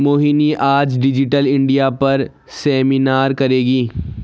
मोहिनी आज digital India पर seminar करेगी